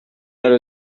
gero